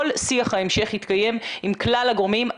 כל שיח ההמשך יתקיים עם כלל הגורמים.